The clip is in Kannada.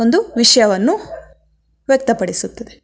ಒಂದು ವಿಷಯವನ್ನು ವ್ಯಕ್ತಪಡಿಸುತ್ತದೆ